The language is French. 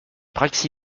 praxi